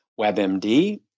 WebMD